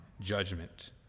judgment